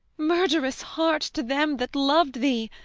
murderess heart to them that loved thee!